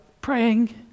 praying